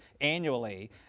annually